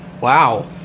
Wow